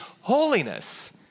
holiness